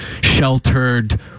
sheltered